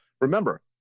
Remember